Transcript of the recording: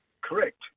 Correct